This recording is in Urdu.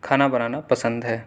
کھانا بنانا پسند ہے